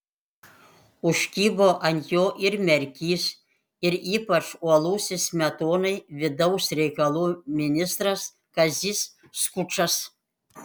užkibo ant jo ir merkys ir ypač uolusis smetonai vidaus reikalų ministras kazys skučas